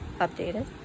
updated